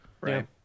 right